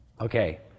Okay